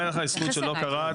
מלמד עלייך זכות שלא קראת.